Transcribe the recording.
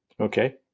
Okay